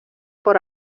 por